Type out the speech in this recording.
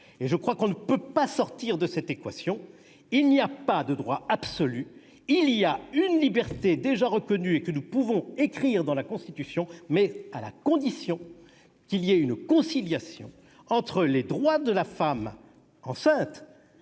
est que l'on ne peut pas sortir de cette équation : il n'y a pas de droit absolu ; il y a une liberté déjà reconnue et que nous pouvons écrire dans la Constitution, mais à la condition que soient conciliés les droits de la femme enceinte